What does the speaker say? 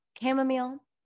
chamomile